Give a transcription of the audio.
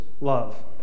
love